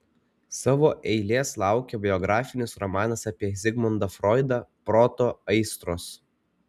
savo eilės laukia biografinis romanas apie zigmundą froidą proto aistros